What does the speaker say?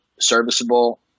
serviceable